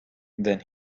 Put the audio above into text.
then